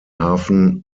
hafen